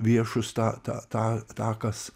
viešus tą tą tą tą kas